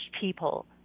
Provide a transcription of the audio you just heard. people